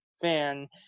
fan